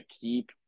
keep